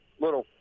little